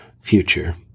future